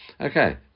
Okay